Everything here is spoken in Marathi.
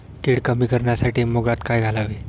कीड कमी करण्यासाठी मुगात काय घालावे?